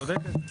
נכון, את צודקת.